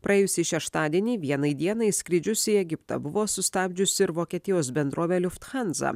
praėjusį šeštadienį vienai dienai skrydžius į egiptą buvo sustabdžiusi ir vokietijos bendrovė liuft hanza